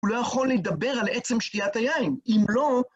הוא לא יכול לדבר על עצם שתיית היין. אם לא...